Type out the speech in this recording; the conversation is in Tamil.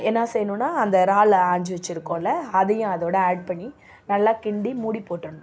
என்ன செய்யணுன்னா அந்த இறால் ஆஞ்சி வச்சிருக்கோம்ல அதையும் அதோடு ஆட் பண்ணி நல்லா கிண்டி மூடி போட்டுடணும்